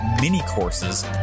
mini-courses